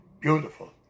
beautiful